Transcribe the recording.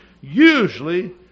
usually